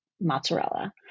Mozzarella